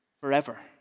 forever